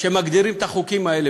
שמגדירים את החוקים האלה,